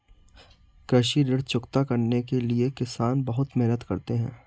कृषि ऋण चुकता करने के लिए किसान बहुत मेहनत करते हैं